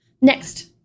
next